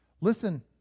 Listen